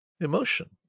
emotion